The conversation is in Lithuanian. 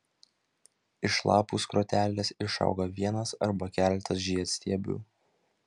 iš lapų skrotelės išauga vienas arba keletas žiedstiebių